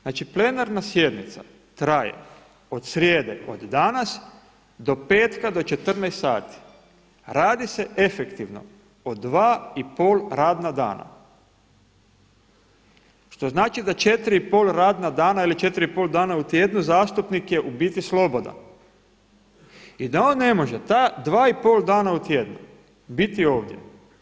Znači plenarna sjednica traje od srijede od danas do petka do 14,00 sati, radi se efektivno od 2,5 radna dana, što znači da 4,5 radna dana ili 4,5 dana u tjednu zastupnik je u biti slobodan i da on ne može ta 2,5 dana u tjednu biti ovdje?